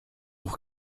hoch